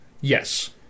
Yes